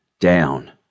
down